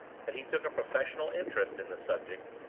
that he took a professional interest in the subject,